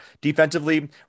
Defensively